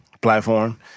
platform